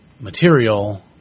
material